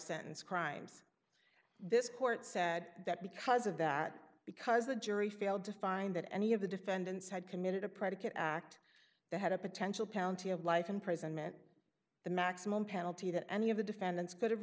sentence crimes this court said that because of that because the jury failed to find that any of the defendants had committed a predicate act they had a potential county of life imprisonment the maximum penalty that any of the defendants could